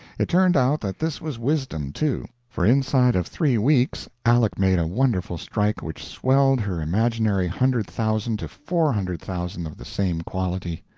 it turned out that this was wisdom, too for inside of three weeks aleck made a wonderful strike which swelled her imaginary hundred thousand to four hundred thousand of the same quality.